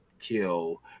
kill